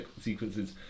sequences